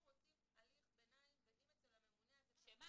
אנחנו רוצים הליך ביניים ואם אצל הממונה הזה --- שמה,